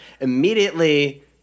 immediately